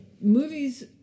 Movies